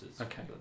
Okay